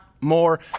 more